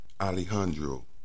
Alejandro